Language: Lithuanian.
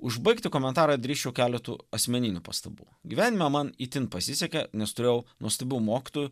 užbaigti komentarą drįsčiau keletu asmeninių pastabų gyvenime man itin pasisekė nes turėjau nuostabių mokytojų